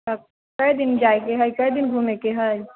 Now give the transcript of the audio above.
कै कै दिन जायके हइ कै दिन घूमयके हइ